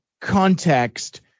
context